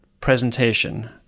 presentation